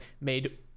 made